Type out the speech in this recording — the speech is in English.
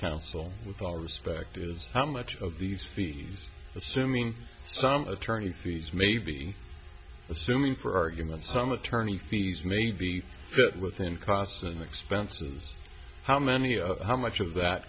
counsel with all respect is how much of these fees assuming some attorney fees may be assuming for argument some attorney fees may be within costs and expenses how many of how much of that